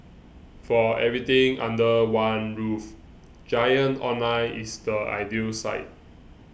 for everything under one roof Giant Online is the ideal site